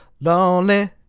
lonely